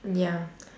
ya